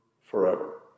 forever